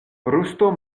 rusto